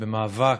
במאבק,